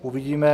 Uvidíme.